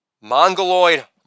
mongoloid